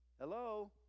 Hello